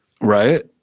Right